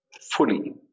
fully